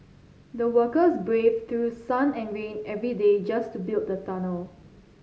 the workers braved through sun and rain every day just to build the tunnel